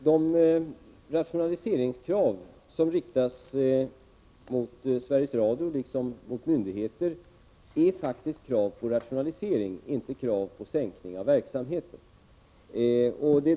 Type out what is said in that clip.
Herr talman! De rationaliseringskrav som riktas mot Sveriges Radio liksom mot myndigheter är faktiskt krav på rationalisering och inte krav på minskning av verksamheten.